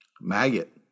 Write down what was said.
Maggot